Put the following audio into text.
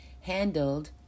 handled